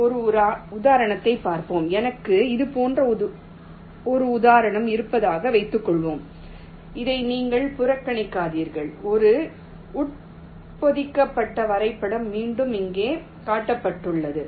ஒரு உதாரணம் பார்ப்போம் எனக்கு இது போன்ற ஒரு உதாரணம் இருப்பதாக வைத்துக்கொள்வோம் இதை நீங்கள் புறக்கணிக்கிறீர்கள் இந்த உட்பொதிக்கப்பட்ட வரைபடம் மீண்டும் இங்கே காட்டப்பட்டுள்ளது